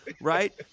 right